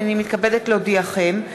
הנני מתכבדת להודיעכם,